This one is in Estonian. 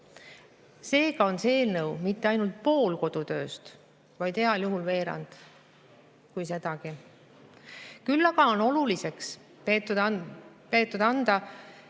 Seega on see eelnõu mitte ainult pool kodutööst, vaid heal juhul veerand, kui sedagi. Küll aga on oluliseks peetud anda